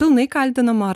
pilnai kaltinama ar